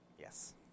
yes